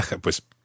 pues